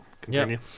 Continue